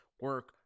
Work